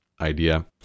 idea